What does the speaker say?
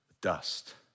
Dust